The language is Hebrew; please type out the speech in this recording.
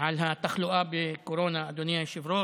על התחלואה בקורונה, אדוני היושב-ראש.